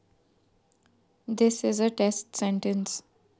गाँव गंवई कोती तो सबे घर मन म खरेटा मिलबे करही